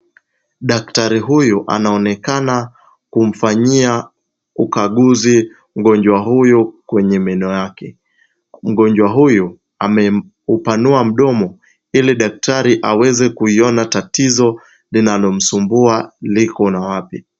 Daktari huyu anaonekana kumfanyia ukaguzi mgonjwa huyu kwenye meno yake. Mgonjwa huyu ameupanua mdomo ili daktari aweze kuiona tatizo linalomsumbua liko na wapi.